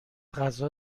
غذا